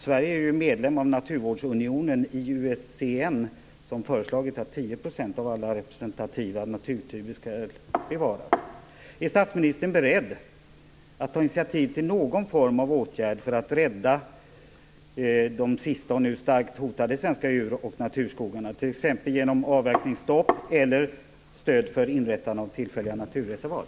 Sverige är medlem av Naturvårdsunionen, IUCN, som föreslagit att 10 % av alla representativa, naturtypiska skogar skall bevaras. Är statsministern beredd att ta initiativ till någon form av åtgärd för att rädda de sista och starkt hotade svenska djur och naturskogarna, t.ex. med hjälp av avverkningsstopp eller stöd för inrättande av tillfälliga naturreservat?